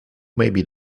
maybe